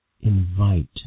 invite